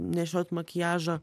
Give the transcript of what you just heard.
nešiot makiažą